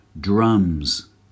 drums